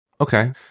Okay